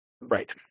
Right